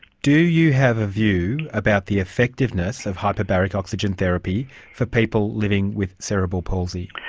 do you have a view about the effectiveness of hyperbaric oxygen therapy for people living with cerebral palsy?